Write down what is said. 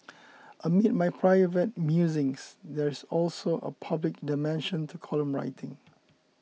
amid my private musings there is also a public dimension to column writing